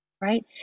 Right